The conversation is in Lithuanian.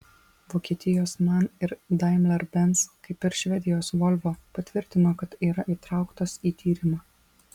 vokietijos man ir daimler benz kaip ir švedijos volvo patvirtino kad yra įtrauktos į tyrimą